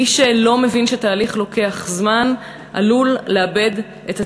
מי שלא מבין שתהליך לוקח זמן עלול לאבד את התהליך.